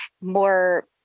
more